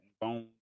bone